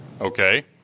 Okay